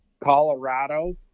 colorado